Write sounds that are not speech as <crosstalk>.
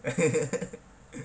<laughs>